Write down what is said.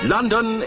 London